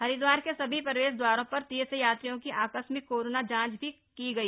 हरिद्वार के सभी प्रवेश द्वारों पर तीर्थ यात्रियों की आकस्मिक कोरोना जांच भी की गई